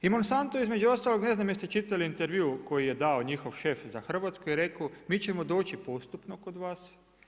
I Monsantno između ostalog, ne znam jeste li čitali intervju koji je dao njihov šef za Hrvatsku, je rekao mi ćemo doći postupno kod vas.